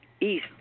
East